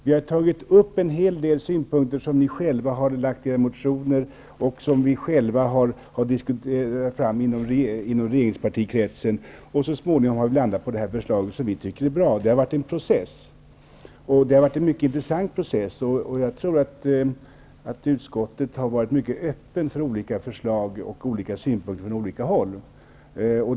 Vi har tagit upp en hel del synpunkter som ni själva har anfört i era motioner och som har diskuterats inom regeringskretsen, och så småningom har vi landat på det här förslaget, som vi tycker är bra. Det har varit en mycket intressant process, och utskottet har varit mycket öppet för förslag och synpunkter från olika håll.